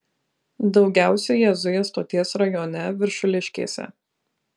daugiausiai jie zuja stoties rajone viršuliškėse